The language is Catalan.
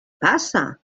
passa